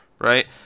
right